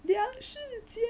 梁世杰